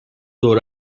دور